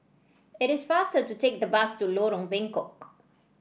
it is faster to take the bus to Lorong Bengkok